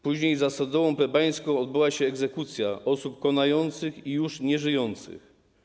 Później za stodołą plebańską odbyła się egzekucja osób konających i już nieżyjących.